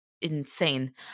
insane